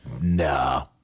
nah